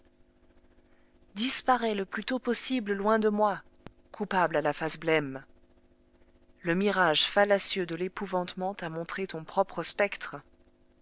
disparais le plus tôt possible loin de moi coupable à la face blême le mirage fallacieux de l'épouvantement t'a montré ton propre spectre